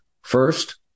First